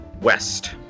west